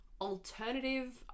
alternative